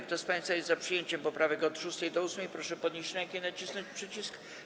Kto z państwa jest za przyjęciem poprawek od 6. do 8., proszę podnieść rękę i nacisnąć przycisk.